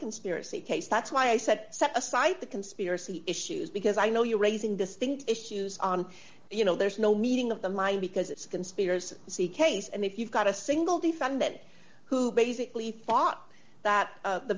conspiracy case that's why i said set aside the conspiracy issues because i know you're raising distinct issues on you know there's no meeting of the mind because it's a conspiracy you see case and if you've got a single defendant who basically thought that